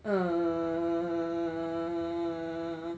err